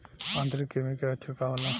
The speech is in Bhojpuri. आंतरिक कृमि के लक्षण का होला?